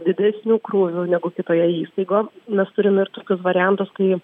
didesniu krūviu negu kitoje įstaigoj mes turim ir tokius variantus kai